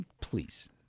Please